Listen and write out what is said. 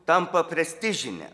tampa prestižine